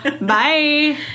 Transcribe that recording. bye